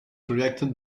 reacted